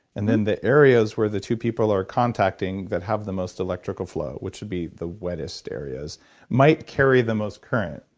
and then the areas where the two people are contacting that have the most electrical flow, which would be the wettest areas might carry the most current.